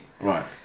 Right